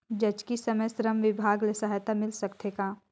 जचकी समय श्रम विभाग ले सहायता मिल सकथे का?